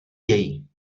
její